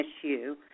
issue